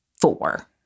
four